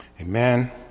Amen